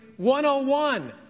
101